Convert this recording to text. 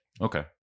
Okay